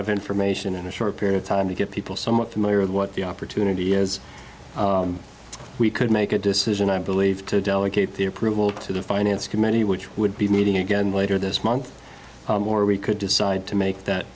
of information in a short period of time to get people somewhat familiar with what the opportunity is we could make a decision i believe to delegate the approval to the finance committee which would be meeting again later this month or we could decide to make that